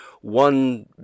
one